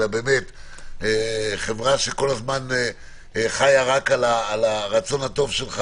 אלא חברה שכל הזמן חיה רק על הרצון הטוב שלך